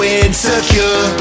insecure